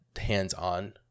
hands-on